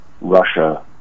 Russia